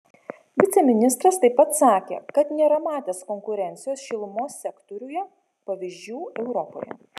viceministras taip pat sakė kad nėra matęs konkurencijos šilumos sektoriuje pavyzdžių europoje